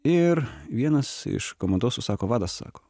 ir vienas iš komandosų sako vadas sako